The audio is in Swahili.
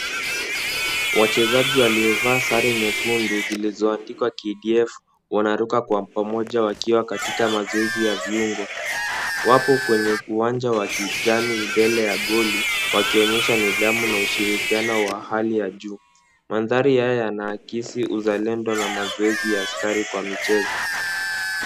Wachezaji waliovaa sare nyekundu zilizoandikwa KDF wanaruka kwa pamoja wakiwa katika mazoezi ya viungo. Wapo kwenye uwanja wa kijani mbele ya goli, wakionyesha nidhamu na ushirikiano wa hali ya juu. Mandhari haya yanaakisi uzalendo na mazoezi ya askari kwa michezo.